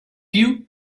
you